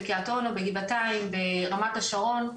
בקריית אונו, בגבעתיים, ברמת השרון.